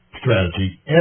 strategy